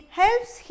helps